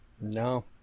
No